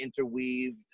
interweaved